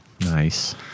Nice